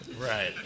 Right